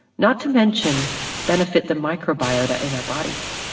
not to mention benefit the microbiota in our bodies.